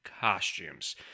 costumes